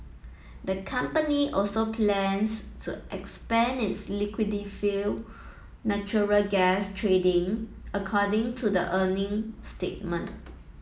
the company also plans to expand its liquefied natural gas trading according to the earning statement